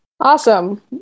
Awesome